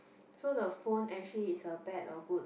so the phone actually is a bad or good